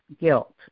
guilt